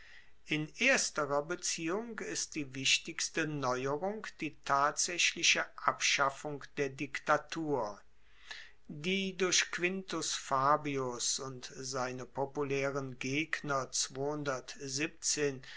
in ersterer beziehung ist die wichtigste neuerung die tatsaechliche abschaffung der diktatur die durch quintus fabius und seine populaeren gegner